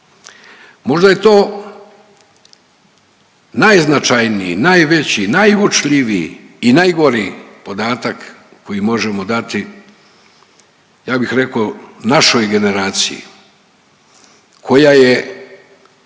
Možda je to najznačajniji, najveći, najuočljiviji i najgori podatak koji možemo dati, ja bih rekao, našoj generaciji koja je